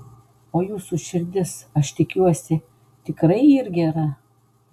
o jūsų širdis aš tikiuosi tikrai yr gera